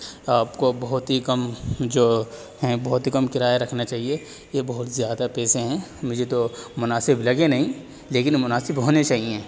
آپ کو بہت ہی کم جو ہیں بہت ہی کم کرایہ رکھنا چاہیے یہ بہت زیادہ پیسے ہیں مجھے تو مناسب لگے نہیں لیکن مناسب ہونے چاہیے